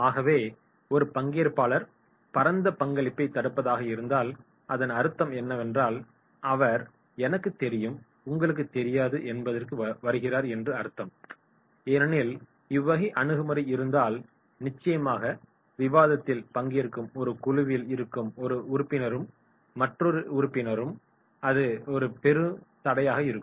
ஆகவே ஒரு பங்கேற்பாளர் பரந்த பங்களிப்பைத் தடுப்பதாக இருந்தால் அதன் அர்த்தம் என்னவென்றால் அவர் "எனக்குத் தெரியும் உங்களுக்குத் தெரியாது" என்பதற்கு வருகிறார் என்று அர்த்தம் ஏனெனில் இவ்வகை அணுகுமுறை இருந்தால் நிச்சயமாக விவாதத்தில் பங்கேற்கும் ஒரு குழுவில் இருக்கும் ஒரு உறுப்பினருக்கும் இன்னொரு உறுப்பினருக்கும் அது ஒரு பெரும் தடையாக இருக்கும்